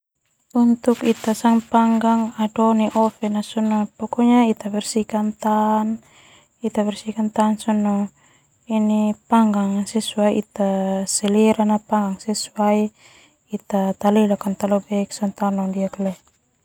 Panggang aido nai oven sona panggang sesuai ita selera.